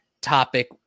topic